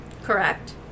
Correct